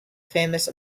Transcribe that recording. famous